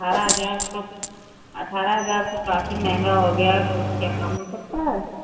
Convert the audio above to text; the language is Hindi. अठारह हजार तो अठारह हजार तो काफी महँगा हो गया कुछ क्या कम हो सकता है